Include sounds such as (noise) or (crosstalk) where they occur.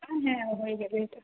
(unintelligible) হ্যাঁ হয়ে যাবে ওইটা